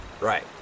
Right